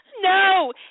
No